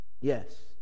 yes